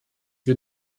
wir